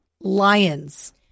Lions